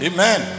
Amen